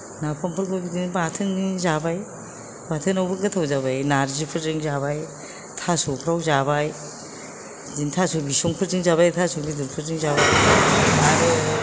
नाफामखौबो बिदिनो बाथोन जाबाय बाथोनावबो गोथाव जाबाय नारजिफोरजों जाबाय थास'फ्राव जाबाय बिदिनो थास' बिसंफोरजों जाबाय थास' गिदिरफोरजों जाबाय आरो